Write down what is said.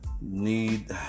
need